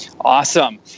Awesome